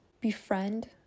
befriend